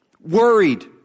worried